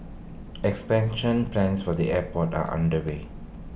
expansion plans for the airport are underway